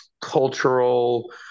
cultural